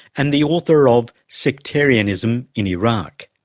and the author of sectarianism in iraq.